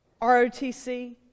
ROTC